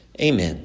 Amen